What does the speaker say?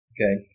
Okay